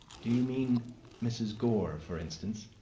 do you mean mrs. gore, for instance?